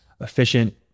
efficient